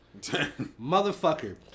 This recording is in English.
motherfucker